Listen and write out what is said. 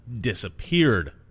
disappeared